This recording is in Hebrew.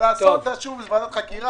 לגבי האסון תשאירו את זה לוועדת חקירה,